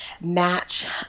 match